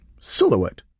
silhouette